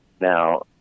Now